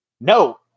No